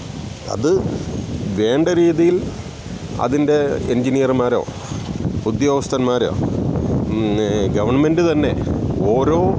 അത് വേണ്ട രീതിയിൽ അതിൻ്റെ എൻജിനീയർമാരോ ഉദ്യോഗസ്ഥന്മാരോ ഗവൺമെൻ്റ് തന്നെ ഓരോ